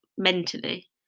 Mentally